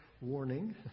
warning